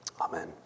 Amen